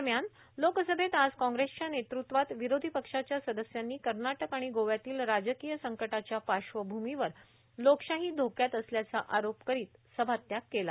दरम्यान लोकसमेत आज कॉंप्रेसध्या नेतृत्वात विरोषी पक्षाच्या सदस्यांनी कर्नाटक आणि गोव्यातील राजकीय संकटाच्या पार्श्वभूमीवर लोकशाही धोक्यात असल्याचा आरोप करीत सभात्याग केला